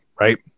right